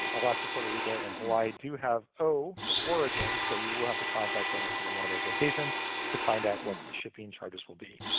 alaska, puerto rico, and hawaii do have o for origin. so you will have to contact them and if you are in one of those locations to find out what the shipping charges will be.